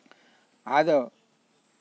ᱟᱫᱚ